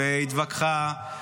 והתווכחה,